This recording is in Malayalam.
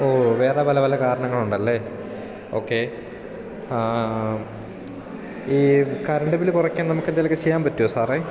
ഓ വേറെ പല പല കാരണങ്ങളുണ്ടല്ലേ ഓക്കേ ഈ കറൻറ്റ് ബില്ല് കുറയ്ക്കാൻ നമുക്ക് എന്തെങ്കിലും ഒക്കെ ചെയ്യാൻ പറ്റുവോ സാറേ